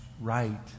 right